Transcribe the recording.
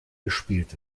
gespielt